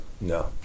No